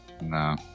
no